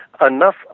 enough